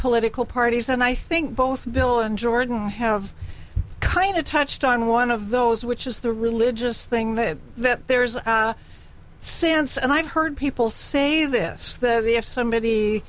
political parties and i think both bill and jordan have kind of touched on one of those which is the religious thing that that there's a sense and i've heard people say this that if somebody